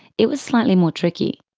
it was slightly more tricky.